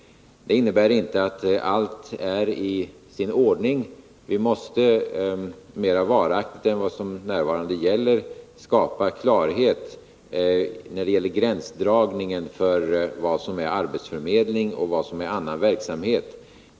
Det innebär inte att allt är i sin ordning. Vi måste mera varaktigt än vad som f. n. är fallet skapa klarhet när det gäller gränsdragningen mellan vad som är arbetsförmedling och annan verksamhet.